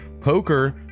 Poker